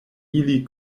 ili